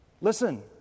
Listen